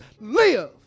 live